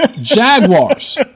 Jaguars